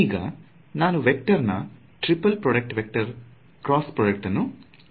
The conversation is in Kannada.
ಈಗ ನಾನು ವೇಕ್ಟರ್ ನಾ triple product vector cross product ಅನ್ನು ತೆಗೆಯಲಿದ್ದೇನೆ